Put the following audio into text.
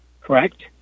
correct